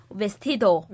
vestido